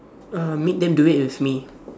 uh make them do it with me